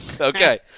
Okay